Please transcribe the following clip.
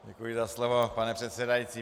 Děkuji za slovo, pane předsedající.